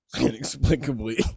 inexplicably